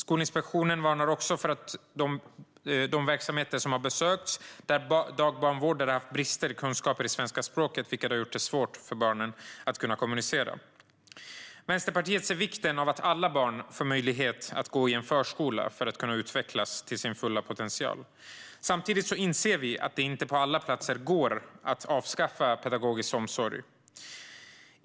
Skolinspektionen varnar också för att de besökt verksamheter där dagbarnvårdare haft bristande kunskaper i svenska språket, vilket har gjort det svårt för barnen att kommunicera. Vänsterpartiet ser vikten av att alla barn får möjlighet att gå i förskola för att kunna utvecklas till sin fulla potential. Samtidigt inser vi att det inte på alla platser går att avskaffa pedagogisk omsorg.